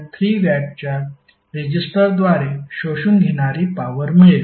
3 वॅटच्या रेजिस्टरद्वारे शोषून घेणारी पॉवर मिळेल